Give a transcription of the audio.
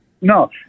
No